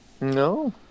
No